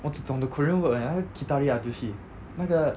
我只懂那个 korean word leh 那个那个